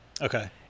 Okay